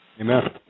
Amen